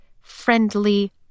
friendly